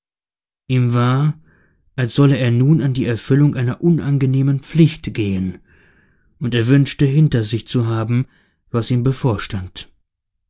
ihm war als solle er nun an die erfüllung einer unangenehmen pflicht gehen und er wünschte hinter sich zu haben was ihm bevorstand